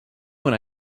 when